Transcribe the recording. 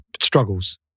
struggles